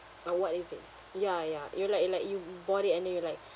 uh what is it ya ya you like you like you bought it and then you like